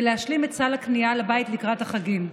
להשלים את סל הקנייה לבית לקראת החגים.